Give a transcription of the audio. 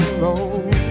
road